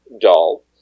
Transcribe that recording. doll